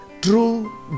true